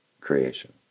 creation